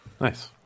Nice